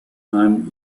time